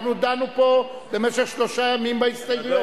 אנחנו דנו פה במשך שלושה ימים בהסתייגויות.